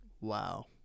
wow